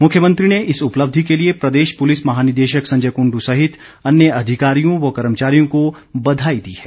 मुख्यमंत्री ने इस उपलब्धि के लिए प्रदेश पुलिस महानिदेशक संजय कुंड् सहित अन्य अधिकारियों व कर्मचारियों को बधाई दी है